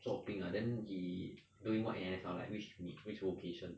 做兵 ah then he doing what in N_S like which unit which vocation